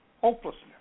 hopelessness